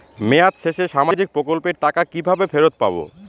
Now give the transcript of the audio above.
মেয়াদ শেষে সামাজিক প্রকল্পের টাকা কিভাবে ফেরত পাবো?